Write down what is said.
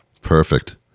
Perfect